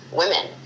women